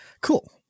cool